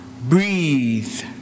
breathe